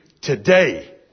Today